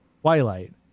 twilight